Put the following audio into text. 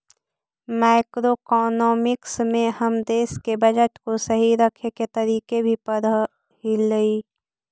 macroeconomics में हम देश के बजट को सही रखे के तरीके भी पढ़अ हियई